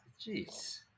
Jeez